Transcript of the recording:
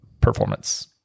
Performance